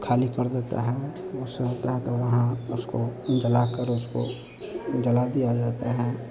ख़ाली कर देते हैं ओसे होता है तो वहाँ उसको जलाकर उसको जला दिया जाते हैं